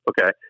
Okay